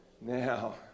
Now